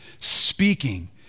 speaking